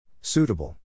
Suitable